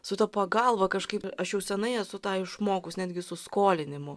su ta pagalba kažkaip aš jau senai esu tą išmokus netgi su skolinimu